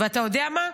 ואתה יודע מה?